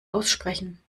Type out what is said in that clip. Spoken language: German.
aussprechen